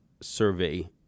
survey